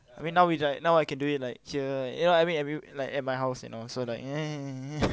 I mean now which I now I can do it like here you know I mean I mean like at my house you know so like eh